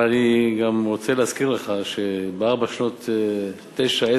אבל אני גם רוצה להזכיר לך שבארבע שנות 2009,